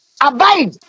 abide